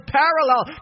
parallel